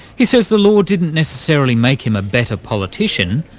he says the law didn't necessarily make him a better politician,